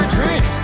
drink